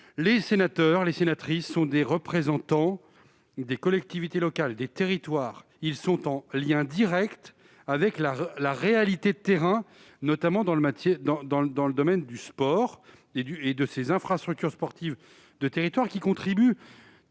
Les sénatrices et les sénateurs sont les représentants des collectivités locales, des territoires. Ils sont en lien direct avec la réalité du terrain, notamment dans le domaine du sport et des infrastructures sportives, lesquelles contribuent